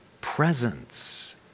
presence